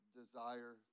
desire